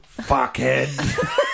Fuckhead